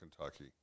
Kentucky